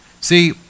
see